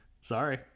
Sorry